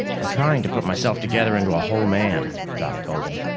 i'm trying to put myself together into a whole man, doc told him.